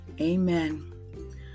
Amen